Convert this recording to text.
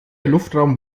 luftraum